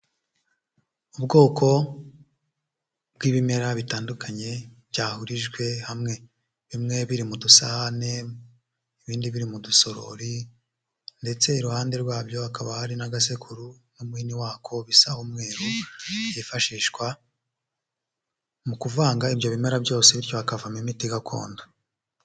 Ubwoko bw'ibimera bitandukanye byahurijwe hamwe. Bimwe biri mu dusahane ibindi biri mudusorori ndetse iruhande rwabyo hakaba hari n'agasekuru n'umuhini wako bisa umweru, byifashishwa mu kuvanga ibyo bimera byose bityo hakavamo imiti gakondo.